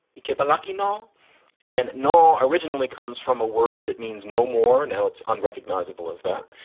ukip a lucky no and no. originally comes from a word that means no more. now it's unrecognisable as that.